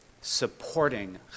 supporting